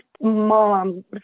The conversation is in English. mom